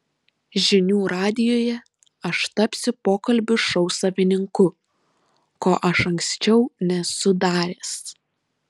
žinių radijuje aš tapsiu pokalbių šou savininku ko aš anksčiau nesu daręs